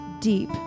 deep